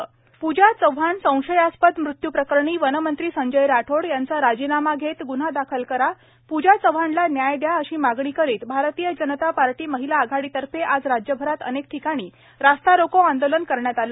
भाजपा महिला आघाडी पूजा चव्हाण संशयास्पद मृत्यू प्रकरणी वनमंत्री संजय राठोड यांचा राजीनामा घेत ग्न्हा दाखल करा पूजा चव्हाणला न्याय द्या अशी मागणी करीत भारतीय जनता पार्टी महिला आघाडीतर्फे आज राज्यभरात अनेक ठिकाणी रास्ता रोको आंदोलन करण्यात आले